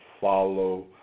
follow